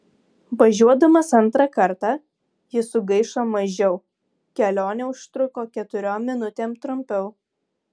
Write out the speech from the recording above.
važiuodamas antrą kartą jis sugaišo mažiau kelionė užtruko keturiom minutėm trumpiau